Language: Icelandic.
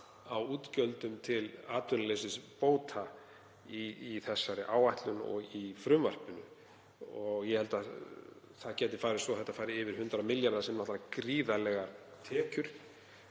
á útgjöldum til atvinnuleysisbóta í þessari áætlun og í frumvarpinu? Ég held að það gæti farið svo að þetta færi yfir 100 milljarða sem er gríðarlegt